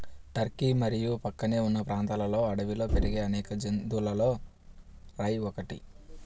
Turkey మరియు ప్రక్కనే ఉన్న ప్రాంతాలలో అడవిలో పెరిగే అనేక జాతులలో రై ఒకటి